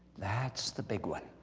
that's the big one